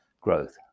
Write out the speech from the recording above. growth